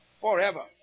Forever